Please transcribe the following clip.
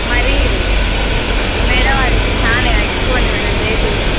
మరీ మేడం అది చానా ఎక్కువుంది మేడం రేటు